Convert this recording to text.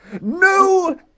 No